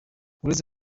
uretse